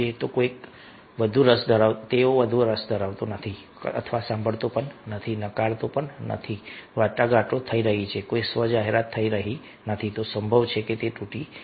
અને કોઈ વધુ રસ ધરાવતો નથી સાંભળતો નથી નકારતો નથી વાટાઘાટો થઈ રહી છે કોઈ સ્વ જાહેરાત થઈ રહી નથી તો સંભવ છે કે તે તૂટી શકે